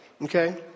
Okay